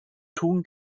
tun